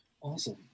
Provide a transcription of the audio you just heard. Awesome